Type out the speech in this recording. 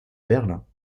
berlin